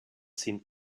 seemed